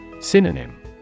Synonym